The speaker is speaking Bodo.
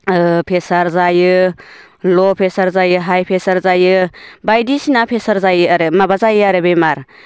प्रेसार जायो ल' प्रेसार जायो हाय प्रेसार जायो बायदिसिना प्रेसार जायो आरो माबा जायो आरो बेमार